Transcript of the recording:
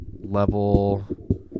level